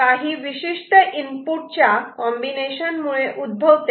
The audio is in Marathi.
काही विशिष्ट इनपुट च्या कॉम्बिनेशन मुळे उद्भवते